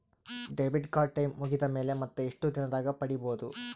Debit card time ಮುಗಿದ ಮೇಲೆ ಮತ್ತೆ ಎಷ್ಟು ದಿನದಾಗ ಪಡೇಬೋದು?